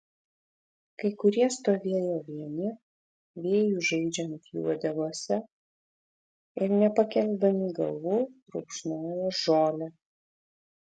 kai kurie stovėjo vieni vėjui žaidžiant jų uodegose ir nepakeldami galvų rupšnojo žolę